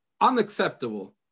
unacceptable